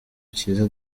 kiza